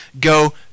go